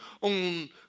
on